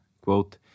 quote